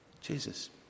Jesus